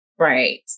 Right